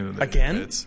again